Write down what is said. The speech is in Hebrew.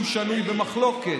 שהוא שנוי במחלוקת,